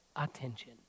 Attention